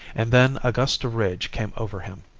and then a gust of rage came over him.